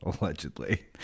Allegedly